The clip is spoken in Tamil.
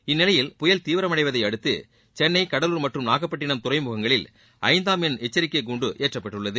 இந்நிலையில் புயல் தீவிரமடைவதையடுத்து சென்னை நாகப்பட்டினம் கடலூர் மற்றம் துறைமுகங்களில் ஐந்தாம் எண் எச்சரிக்கை கூண்டு ஏற்றப்பட்டுள்ளது